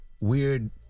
weird